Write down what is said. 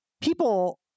People